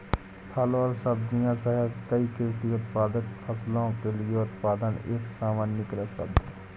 फल और सब्जियां सहित कई कृषि उत्पादित फसलों के लिए उत्पादन एक सामान्यीकृत शब्द है